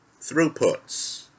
throughputs